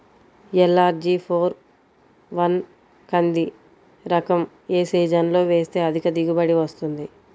LRG four one కంది రకం ఏ సీజన్లో వేస్తె అధిక దిగుబడి వస్తుంది?